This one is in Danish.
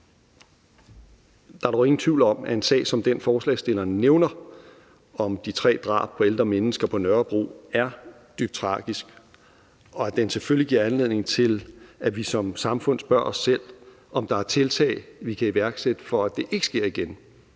Der er dog ingen tvivl om, at en sag som den, forslagsstillerne nævner om de tre drab på ældre mennesker på Nørrebro, er dybt tragisk, og at den selvfølgelig giver anledning til, at vi som samfund spørger os selv, om der er tiltag, vi kan iværksætte, for at det ikke sker igen.